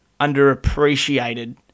Underappreciated